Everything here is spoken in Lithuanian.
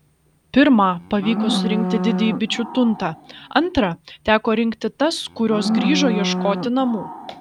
pirmą pavyko surinkti didįjį bičių tuntą antrą teko rinkti tas kurios grįžo ieškoti namų